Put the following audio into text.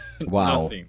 wow